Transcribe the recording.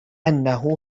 انه